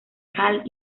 hall